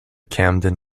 camden